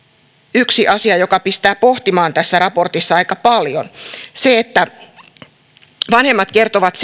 yksi asia joka pistää pohtimaan tässä raportissa aika paljon se että vanhemmat kertovat